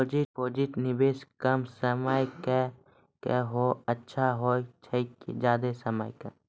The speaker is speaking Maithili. डिपॉजिट निवेश कम समय के के अच्छा होय छै ज्यादा समय के?